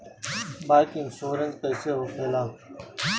Bike insurance कैसे होखे ला?